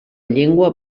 llengua